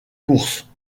course